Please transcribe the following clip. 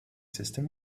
system